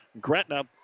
Gretna